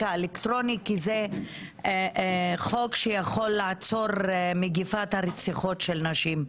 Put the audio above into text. האלקטרוני כי זה חוק שיכול לעצור את מגפת רציחות נשים.